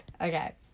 Okay